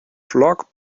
flock